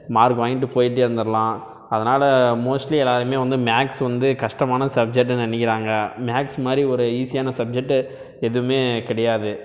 mark வாங்கிட்டு போயிட்டே இருந்துடலாம் அதனால மோஸ்ட்லி எல்லோருமே வந்து மேக்ஸ் வந்து கஷ்ட்டமான சப்ஜட்டுனு நினக்கிறாங்க மேக்ஸ் மாதிரி ஒரு ஈஸியான சப்ஜக்ட்டு எதுவுமே கிடயாது